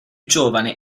giovane